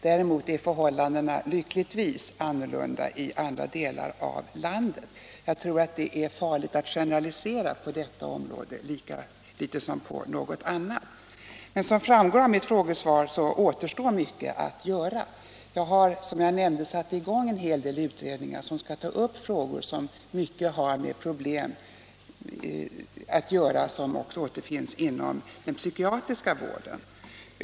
Däremot är förhållandena lyckligtvis annorlunda i andra delar av landet. Jag tror att det är farligt att generalisera på detta område lika väl som på något annat. Som framgår av mitt frågesvar återstår mycket att göra. Jag har, som jag nämnde, satt i gång en hel del utredningar om frågor som mycket har att göra med problem som återfinns inom den psykiatriska vården.